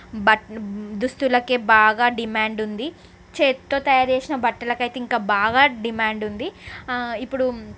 బట్లు దుస్తులకే బాగా డిమాండ్ ఉంది చేతితో తయారు చేసిన బట్టలకు అయితే ఇంకా బాగా డిమాండ్ ఉంది ఆ ఇప్పుడు